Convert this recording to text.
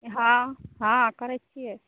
हँ हँ करै तऽ छियै